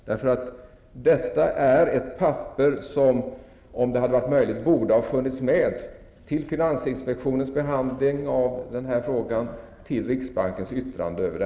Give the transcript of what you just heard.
Detta är ett papper som, om det hade varit möjligt, borde ha funnits med i finansinspektionens behandling av denna fråga och inför riksbankens yttrande i frågan.